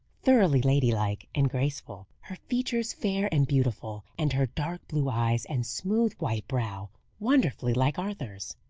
thoroughly ladylike and graceful her features fair and beautiful, and her dark-blue eyes and smooth white brow wonderfully like arthur's.